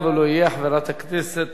אם לא יהיה, חברת הכנסת